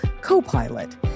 Copilot